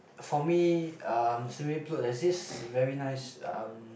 for me um Sin-Ming Road there is very nice um